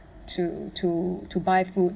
to to to buy food